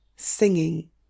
singing